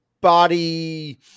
body